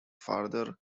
farther